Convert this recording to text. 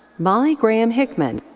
molly graham hickman.